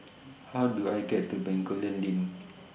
How Do I get to Bencoolen LINK